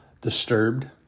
disturbed